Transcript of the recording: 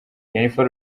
jennifer